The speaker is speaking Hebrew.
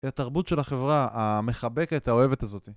התרבות של החברה המחבקת, האוהבת הזאת